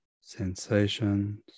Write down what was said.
sensations